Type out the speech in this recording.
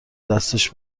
دستش